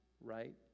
right